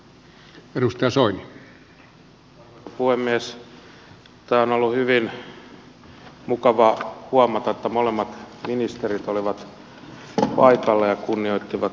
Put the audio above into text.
tämä on ollut hyvin mukavaa huomata että molemmat ministerit olivat paikalla ja kunnioittivat siten tätä meidän mietintöämme